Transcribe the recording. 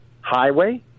Highway